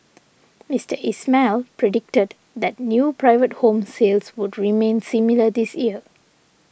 Mister Ismail predicted that new private home sales would remain similar this year